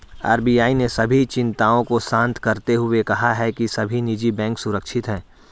RBI ने सभी चिंताओं को शांत करते हुए कहा है कि सभी निजी बैंक सुरक्षित हैं